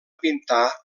pintar